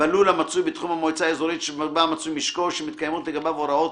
בלול המצוי בתחום המועצה האזורית שבה מצוי משקו ושמתקיימות לגביו הוראות